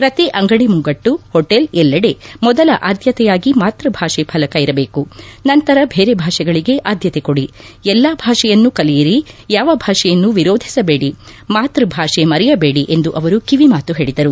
ಪ್ರತಿ ಅಂಗಡಿ ಮುಂಗಟ್ಟು ಹೋಟೆಲ್ ಎಲ್ಲೆಡೆ ಮೊದಲ ಆದ್ಯತೆಯಾಗಿ ಮಾತೃ ಭಾಷೆ ಫಲಕ ಇರಬೇಕು ನಂತರ ಬೇರೆ ಭಾಷೆಗಳಿಗೆ ಆದ್ದತೆ ಕೊಡಿ ಎಲ್ಲಾ ಭಾಷೆಯನ್ನೂ ಕಲಿಯಿರಿ ಯಾವ ಭಾಷೆಯನ್ನೂ ವಿರೋಧಿಸಬೇಡಿ ಮಾತೃ ಭಾಷೆ ಮರೆಯಬೇಡಿ ಎಂದು ಅವರು ಕಿವಿಮಾತು ಹೇಳಿದರು